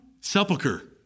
sepulcher